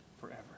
forever